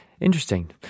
Interesting